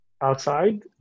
outside